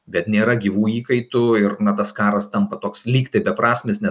bet nėra gyvų įkaitų ir na tas karas tampa toks lyg tai beprasmis nes